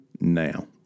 now